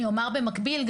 במקביל,